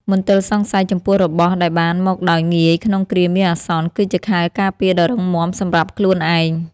មន្ទិលសង្ស័យចំពោះរបស់ដែលបានមកដោយងាយក្នុងគ្រាមានអាសន្ន គឺជាខែលការពារដ៏រឹងមាំសម្រាប់ខ្លួនឯង។